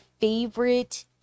favorite